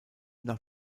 nach